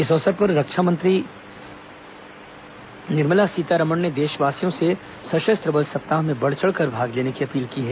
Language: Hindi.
इस अवसर पर रक्षा मंत्री निर्मला सीतारमण ने देशवासियों से सशस्त्र बल सप्ताह में बढ़ चढ़कर भाग लेने की अपील की है